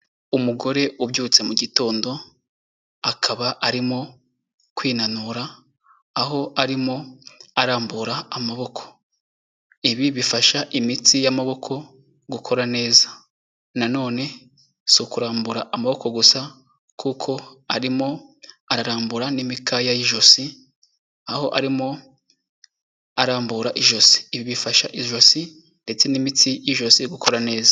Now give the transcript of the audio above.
Umugore ubyutse mu gitondo akaba arimo kwinanura aho arimo arambura amaboko. Ibi bifasha imitsi y'amaboko gukora neza. Nanone si ukurambura amaboko gusa kuko arimo ararambura n'imikaya y'ijosi, aho arimo arambura ijosi. Ibi bifasha ijosi ndetse n'imitsi y'ijosi gukora neza.